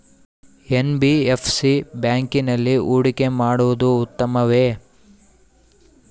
NBFC ಬ್ಯಾಂಕಿನಲ್ಲಿ ಹೂಡಿಕೆ ಮಾಡುವುದು ಉತ್ತಮವೆ?